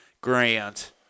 grant